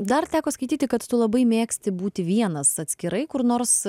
dar teko skaityti kad tu labai mėgsti būti vienas atskirai kur nors